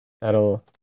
that'll